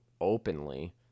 openly